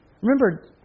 Remember